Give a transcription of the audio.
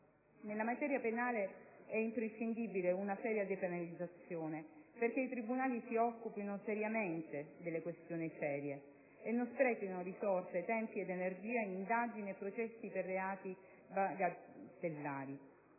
Nella materia penale è imprescindibile una seria depenalizzazione, perché i tribunali si occupino seriamente delle questioni serie, e non sprechino risorse, tempi ed energie in indagini e processi per reati bagatellari.